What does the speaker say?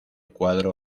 cuadro